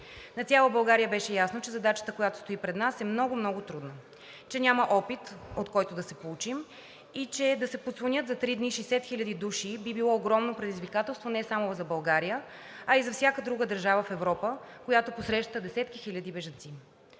На цяла България беше ясно, че задачата, която стои пред нас, е много, много трудна, че няма опит, от който да се поучим и че да се подслонят за три дни 60 000 души би било огромно предизвикателство не само за България, а и за всяка друга държава в Европа, която посреща десетки хиляди бежанци.